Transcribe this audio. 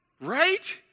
Right